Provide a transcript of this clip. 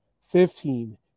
Fifteen